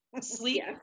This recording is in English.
sleep